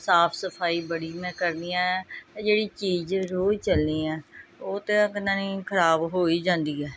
ਸਾਫ ਸਫਾਈ ਬੜੀ ਮੈਂ ਕਰਦੀ ਹਾਂ ਜਿਹੜੀ ਚੀਜ਼ ਰੋਜ਼ ਚੱਲਣੀ ਆ ਉਹ ਅਤੇ ਨਹੀਂ ਖਰਾਬ ਹੋ ਹੀ ਜਾਂਦੀ ਹੈ